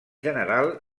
general